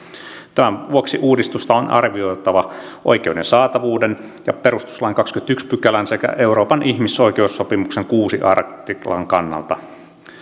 tämän vuoksi uudistusta on arvioitava oikeuden saatavuuden ja perustuslain kahdennenkymmenennenensimmäisen pykälän sekä euroopan ihmisoi keussopimuksen kuudennen artiklan kannalta